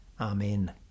Amen